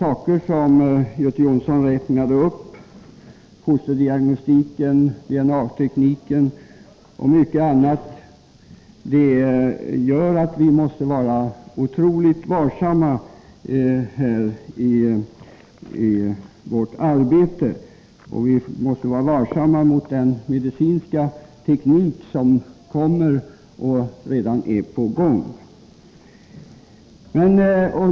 Det som Göte Jonsson räknade upp — fosterdiagnostik, DNA-teknik och mycket annat — gör att vi måste vara mycket varsamma i vårt arbete. Vi måste vara varsamma med den medicinska teknik som kommer och med den som redan tillämpas.